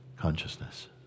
consciousness